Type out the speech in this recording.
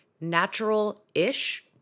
natural-ish